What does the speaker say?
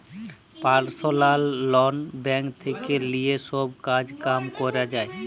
personal loan bank থেক্যে লিয়ে সব কাজ কাম ক্যরা যায়